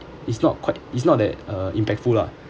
it's not quite it's not that uh impactful lah